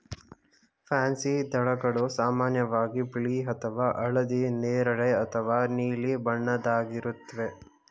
pansy ದಳಗಳು ಸಾಮಾನ್ಯವಾಗಿ ಬಿಳಿ ಅಥವಾ ಹಳದಿ ನೇರಳೆ ಅಥವಾ ನೀಲಿ ಬಣ್ಣದ್ದಾಗಿರುತ್ವೆ